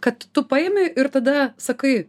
kad tu paimi ir tada sakai